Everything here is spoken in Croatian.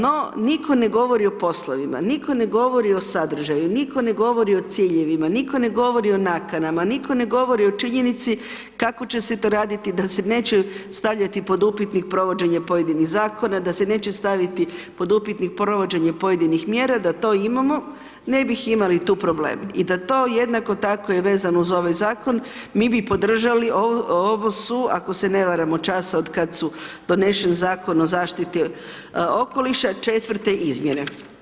No, nitko ne govori o poslovima, nitko ne govori o sadržaju, nitko ne govori o ciljevima, nitko ne govori o nakanama, nitko ne govori o činjenici kako će se to raditi, da se neće stavljati pod upitnik provođenje pojedinih Zakona, da se neće staviti pod upitnik provođenje pojedinih mjera, da to imamo, ne bih imali tu problem, i da to jednako tako je vezano uz ovaj Zakon, mi bi podržali, ovu su, ako se ne varam od časa od kad su donešen Zakon o zaštiti okoliša, četvrte izmjene.